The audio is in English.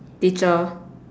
teacher